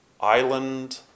island